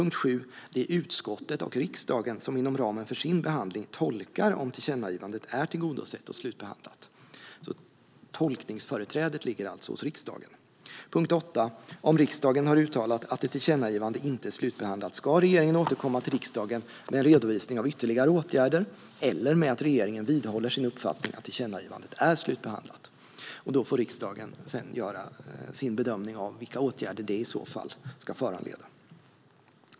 Det är utskottet och riksdagen som inom ramen för sin behandling tolkar om tillkännagivandet är tillgodosett och slutbehandlat. Tolkningsföreträdet ligger alltså hos riksdagen. Om riksdagen har uttalat att ett tillkännagivande inte är slutbehandlat ska regeringen återkomma till riksdagen med en redovisning av ytterligare åtgärder eller med att regeringen vidhåller sin uppfattning att tillkännagivandet är slutbehandlat. Riksdagen får därefter göra sin bedömning om vilka åtgärder detta i så fall ska föranleda.